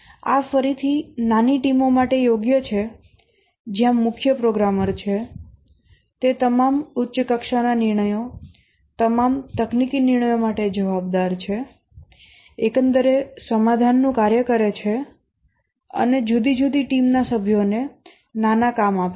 આ ફરીથી નાની ટીમો માટે યોગ્ય છે જ્યાં મુખ્ય પ્રોગ્રામર છે તે તમામ ઉચ્ચ કક્ષાના નિર્ણયો તમામ તકનીકી નિર્ણયો માટે જવાબદાર છે એકંદરે સમાધાનનું કાર્ય કરે છે અને જુદી જુદી ટીમના સભ્યોને નાના કામ આપે છે